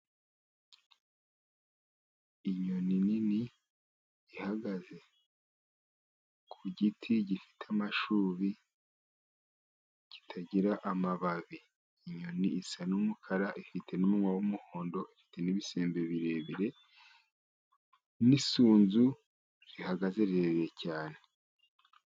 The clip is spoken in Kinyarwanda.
Inyoni nini ihagaze ku giti, gifite amashubi kitagira amababi, inyoni isa n'umukara, ifite n'umunwa w'umuhondo, ifite n'ibisembe birebire, n'isunzu rihagaze rirerire cyane.